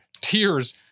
tears